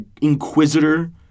inquisitor